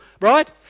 right